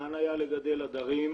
ניתן היה לגדל עדרים